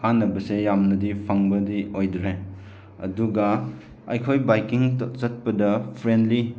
ꯀꯥꯟꯅꯕꯁꯦ ꯌꯥꯝꯅꯗꯤ ꯐꯪꯕꯗꯤ ꯑꯣꯏꯗ꯭ꯔꯦ ꯑꯗꯨꯒ ꯑꯩꯈꯣꯏ ꯕꯥꯏꯛꯀꯤꯡ ꯆꯠꯄꯗ ꯐ꯭ꯔꯦꯟꯂꯤ